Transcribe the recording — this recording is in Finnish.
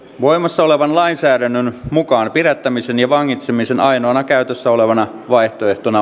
voimassa olevan lainsäädännön mukaan pidättämisen ja vangitsemisen ainoana käytössä olevana vaihtoehtona on matkustuskielto